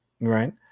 right